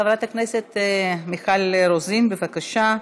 חברת הכנסת מיכל רוזין, בבקשה.